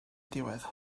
diwedd